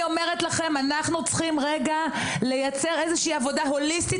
אנחנו צריכים לייצר איזושהי עבודה הוליסטית